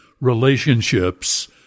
relationships